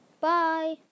Bye